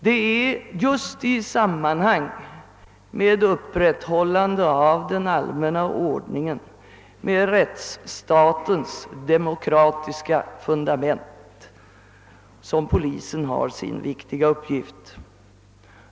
Det är just i samband med upprätthållandet av den allmänna ordningen och rättsstatens demokratiska fundament som polisen har sina viktiga uppgifter.